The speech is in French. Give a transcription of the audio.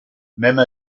même